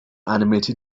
animated